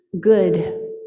good